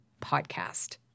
podcast